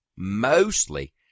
Mostly